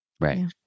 right